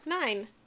nine